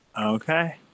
Okay